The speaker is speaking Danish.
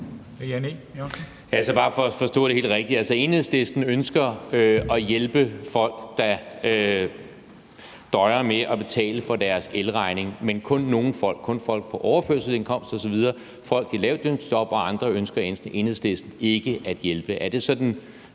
Enhedslisten ønsker at hjælpe folk, der døjer med at betale for deres elregning, men det er altså kun nogle folk, kun folk på overførselsindkomst osv., mens folk i lavtlønsjob og andre ønsker Enhedslisten ikke at hjælpe?